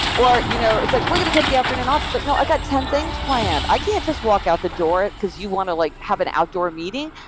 or you know it's like, we're going to take the afternoon off, it's like, no. i got ten things planned. i can't just walk out the door because you want to like have an outdoor meeting.